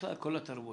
בכלל כל התרבות.